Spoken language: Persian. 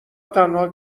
تنها